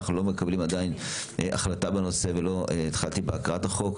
אנחנו לא מקבלים עדיין החלטה בנושא ולא התחלתי בהקראת החוק.